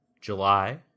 July